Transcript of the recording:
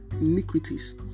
iniquities